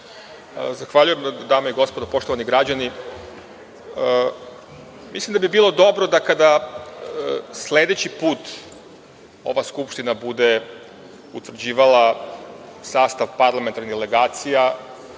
Zahvaljujem. Dame i gospodo, poštovani građani, mislim da bi bilo dobro da kada sledeći put ova Skupština bude utvrđivala sastav parlamentarnih delegacija